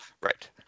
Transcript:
Right